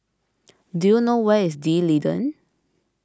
do you know where is D'Leedon